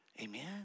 Amen